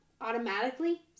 automatically